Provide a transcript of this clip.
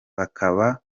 bakaba